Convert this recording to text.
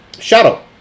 shadow